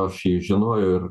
aš jį žinojau ir